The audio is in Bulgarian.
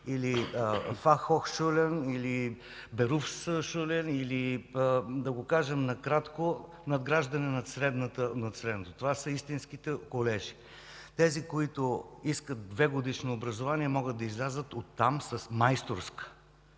Или (изрази на немски език) да го кажем накратко – надграждане над средното. Това са истинските колежи. Тези, които искат двегодишно образование, могат да излязат оттам с майсторско,